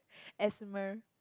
asthma